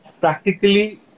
practically